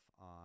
on